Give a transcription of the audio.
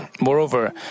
moreover